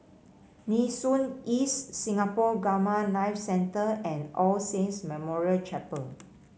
Nee Soon East Singapore Gamma Knife Centre and All Saints Memorial Chapel